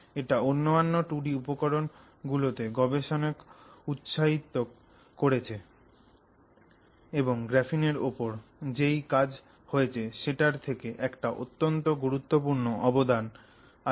এটা অন্যান্য 2 ডি উপকরণ গুলোতে গবেষণাকে উৎসাহিতত করেছে এবং গ্রাফিনের ওপর যেই কাজ হয়েছে সেটার থেকে একটা অত্যন্ত গুরুত্বপূর্ণ অবদান আছে